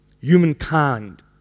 Humankind